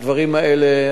הדברים האלה,